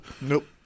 Nope